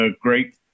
great